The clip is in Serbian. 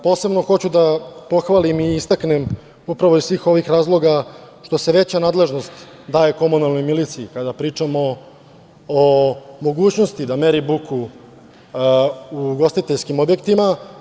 Posebno hoću da pohvalim i istaknem, upravo iz svih ovih razloga, što se veća nadležnost daje komunalnoj miliciji, kada pričamo o mogućnosti da meri buku u ugostiteljskim objektima.